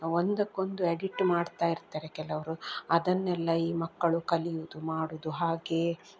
ಒಂದಕ್ಕೊಂದು ಎಡಿಟ್ ಮಾಡ್ತಾ ಇರ್ತಾರೆ ಕೆಲವರು ಅದನ್ನೆಲ್ಲ ಈ ಮಕ್ಕಳು ಕಲಿಯುವುದು ಮಾಡುವುದು ಹಾಗೇ